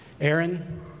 Aaron